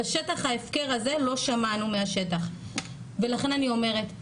את שטח ההפקר הזה לא שמענו מהשטח ולכן אני אומרת,